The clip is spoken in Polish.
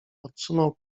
odsunął